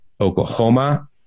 Oklahoma